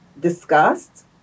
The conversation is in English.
discussed